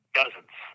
dozens